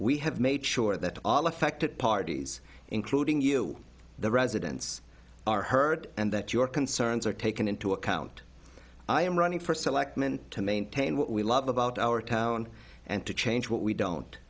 we have made sure that all affected parties including you the residents are heard and that your concerns are taken into account i am running for selectman to maintain what we love about our town and to change what we don't